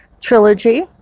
trilogy